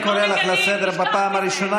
אני קורא אותך לסדר פעם ראשונה.